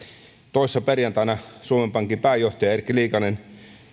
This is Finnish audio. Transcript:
toissa perjantaina suomen pankin pääjohtaja erkki liikanen